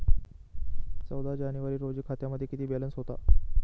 चौदा जानेवारी रोजी खात्यामध्ये किती बॅलन्स होता?